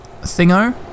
thingo